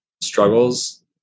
struggles